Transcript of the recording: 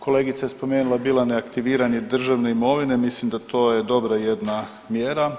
Kolegica je spomenula bila neaktiviranje državne imovine, mislim da to je dobra jedna mjera.